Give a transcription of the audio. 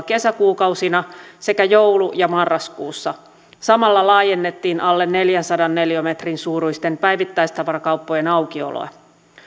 kesäkuukausina sekä joulu ja marraskuussa samalla laajennettiin alle neljänsadan neliömetrin suuruisten päivittäistavarakauppojen aukioloa